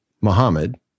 Muhammad